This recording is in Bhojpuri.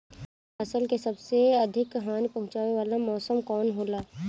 फसल के सबसे अधिक हानि पहुंचाने वाला मौसम कौन हो ला?